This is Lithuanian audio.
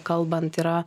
kalbant yra